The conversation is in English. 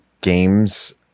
games